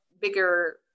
bigger